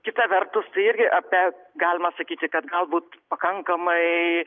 kita vertus tai irgi apie galima sakyti kad galbūt pakankamai